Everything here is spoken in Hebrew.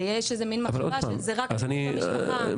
ויש איזה מן מחשבה שזה רק אלימות במשפחה.